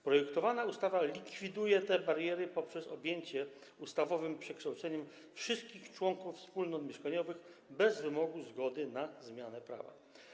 Projektowana ustawa likwiduje te bariery poprzez objęcie ustawowym przekształceniem wszystkich członków wspólnot mieszkaniowych, bez wymogu zgody na zmianę prawa.